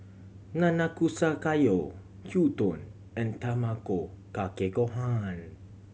Nanakusa Gayu Gyudon and Tamago Kake Gohan